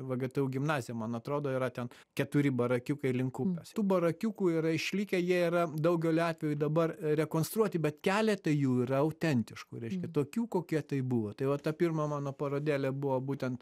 vgtu gimnazija man atrodo yra ten keturi barakiukai link upės tų barakiukų yra išlikę jie yra daugeliu atvejų dabar rekonstruoti bet keletą jų yra autentiškų reiškia tokių kokię tai buvo tai vat ta pirma mano parodėlė buvo būtent